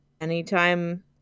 anytime